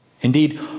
Indeed